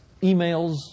emails